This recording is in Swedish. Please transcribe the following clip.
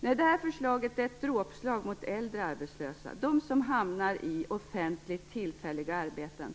Regeringens förslag är ett dråpslag mot äldre arbetslösa, de som hamnar i offentliga tillfälliga arbeten.